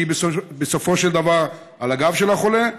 שהיא בסופו של דבר על הגב של החולה,